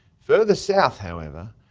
further south, however,